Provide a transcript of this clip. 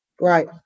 Right